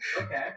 Okay